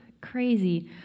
Crazy